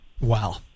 Wow